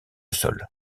sol